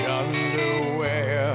underwear